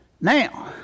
Now